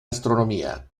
astronomía